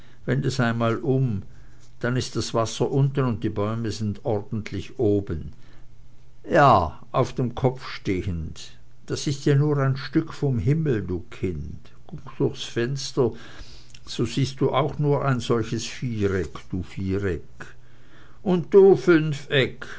wend es einmal um dann ist das wasser unten und die bäume sind ordentlich oben ja auf dem kopf stehend das ist ja nur ein stück vom himmel du kind guck durchs fenster so siehst du auch nur ein solches viereck du viereck und du fünfeck